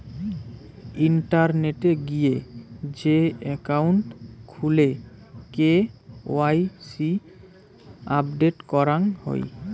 ইন্টারনেটে গিয়ে যে একাউন্ট খুলে কে.ওয়াই.সি আপডেট করাং হই